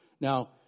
Now